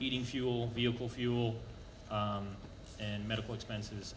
heating fuel vehicle fuel and medical expenses